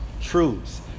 truths